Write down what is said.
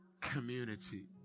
community